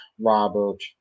Robert